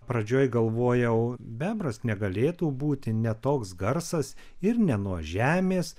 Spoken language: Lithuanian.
pradžioj galvojau bebras negalėtų būti ne toks garsas ir ne nuo žemės